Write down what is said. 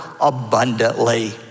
abundantly